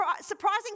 surprising